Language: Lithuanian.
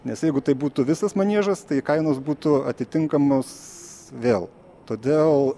nes jeigu tai būtų visas maniežas tai kainos būtų atitinkamos vėl todėl